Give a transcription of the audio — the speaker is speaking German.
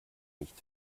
nicht